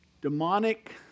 demonic